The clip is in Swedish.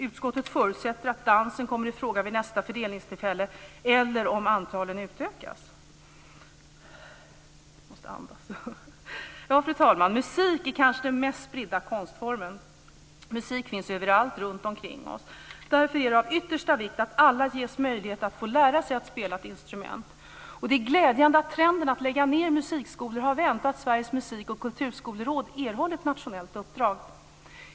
Utskottet förutsätter att dansen kommer i fråga vid nästa fördelningstillfälle eller om anslagen utökas. Fru talman! Musik är kanske den mest spridda konstformen. Musik finns överallt runtomkring oss. Därför är det av yttersta vikt att alla ges möjlighet att få lära sig att spela ett instrument. Det är glädjande att trenden att lägga ned musikskolor har vänt och att Sveriges musik och kulturskoleråd har erhållit ett nationellt uppdrag.